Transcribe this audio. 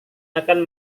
akan